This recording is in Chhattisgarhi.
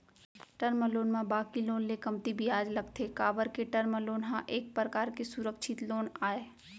टर्म लोन म बाकी लोन ले कमती बियाज लगथे काबर के टर्म लोन ह एक परकार के सुरक्छित लोन आय